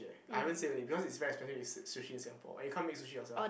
I haven't say only because it's very expensive sushi in Singapore and you can't make sushi yourself